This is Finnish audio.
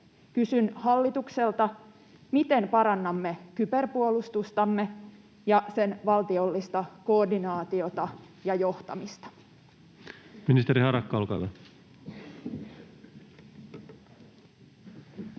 Kysyn hallitukselta: miten parannamme kyberpuolustustamme ja sen valtiollista koordinaatiota ja johtamista?